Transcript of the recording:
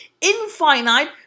infinite